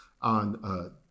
on